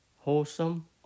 Wholesome